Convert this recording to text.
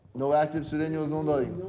no active sureno's, no nothing.